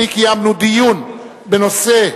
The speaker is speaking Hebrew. התש"ע 2010, נתקבלה.